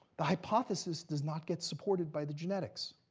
the hypothesis does not get supported by the genetics.